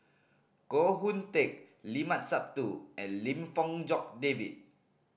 Koh Hoon Teck Limat Sabtu and Lim Fong Jock David